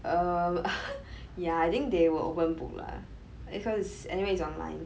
um yeah I think they will open book lah because it's anyway it's online